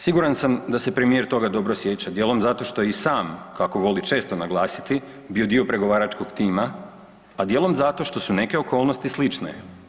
Siguran sam da se premijer toga dobro sjeća djelom zato što i sam kako voli često naglasiti bio dio pregovaračkog tima, a dijelom zato što su neke okolnosti slične.